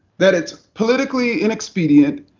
that it's politically inexpedient,